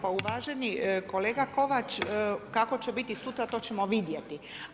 Pa uvaženi kolega Kovač, kako će biti sutra to ćemo vidjeti.